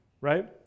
right